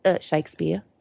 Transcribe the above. Shakespeare